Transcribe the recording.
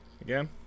again